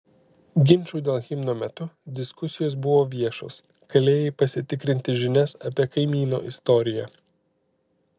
ginčų dėl himno metu diskusijos buvo viešos galėjai pasitikrinti žinias apie kaimyno istoriją